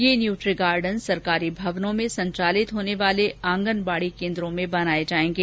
यह nutri garden सरकारी भवनों में संचालित होने वाले आंगनबाड़ी केन्द्रो में बनाये जायेंगे